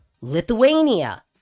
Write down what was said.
Lithuania